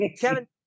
Kevin